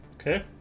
Okay